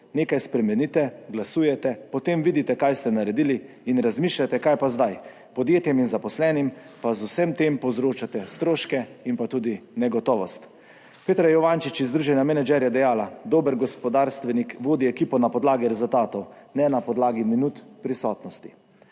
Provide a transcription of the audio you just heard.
Nekaj spremenite, glasujete, potem vidite kaj ste naredili in razmišljate, kaj pa zdaj, podjetjem in zaposlenim pa z vsem tem povzročate stroške in pa tudi negotovost. Petra Juvančič iz Združenja menedžer je dejala: "Dober gospodarstvenik vodi ekipo na podlagi rezultatov ne na podlagi minut prisotnosti."